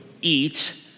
eat